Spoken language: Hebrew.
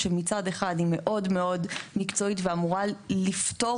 שמצד אחד היא מאוד מאוד מקצועית ואמורה לפתור